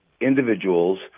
individuals